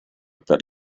per